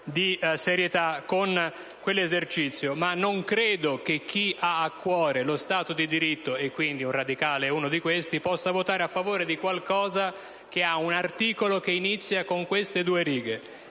di serietà con quell'esercizio. Ma non credo che chi ha a cuore lo Stato di diritto - e un radicale è uno di questi - possa votare a favore di un provvedimento che ha un articolo che inizia in questo modo: